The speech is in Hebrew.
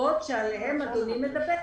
הנסיבות שעליהן אדוני מדבר.